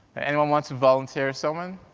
anyone want to volunteer, someone?